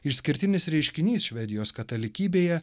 išskirtinis reiškinys švedijos katalikybėje